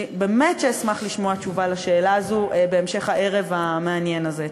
אני באמת אשמח לשמוע תשובה על השאלה הזאת בהמשך הערב המעניין הזה.